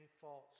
false